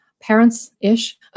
parents-ish